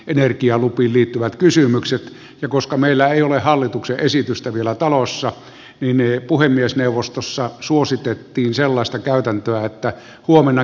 energialupiin liittyvät kysymykset ja koska meillä ei ole hallituksen esitystä vielä talossa miniä puhemiesneuvostossa suositettiin sellaista käytäntöä että huomenna